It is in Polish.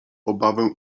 obawę